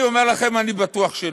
אני אומר לכם, אני בטוח שלא.